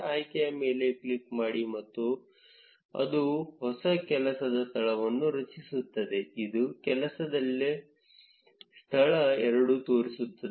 ಆಯ್ಕೆಯ ಮೇಲೆ ಕ್ಲಿಕ್ ಮಾಡಿ ಮತ್ತು ಅದು ಹೊಸ ಕೆಲಸದ ಸ್ಥಳವನ್ನು ರಚಿಸುತ್ತದೆ ಅದು ಕೆಲಸದ ಸ್ಥಳ ಎರಡು ತೋರಿಸುತ್ತದೆ